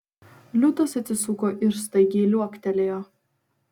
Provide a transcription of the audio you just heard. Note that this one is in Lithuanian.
liūtas atsisuko ir staigiai liuoktelėjo